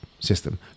System